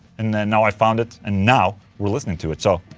and and now i found it and now we're listening to it. so.